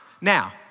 Now